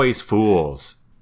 fools